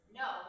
no